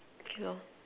okay lor